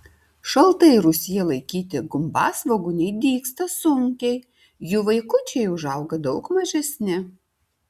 šaltai rūsyje laikyti gumbasvogūniai dygsta sunkiai jų vaikučiai užauga daug mažesni